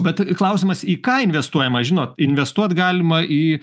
bet klausimas į ką investuojama žinot investuot galima į